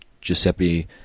Giuseppe